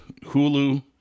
Hulu